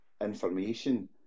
information